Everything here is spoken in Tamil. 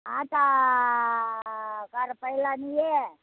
ஆட்டோ வர்ற பையனா நீ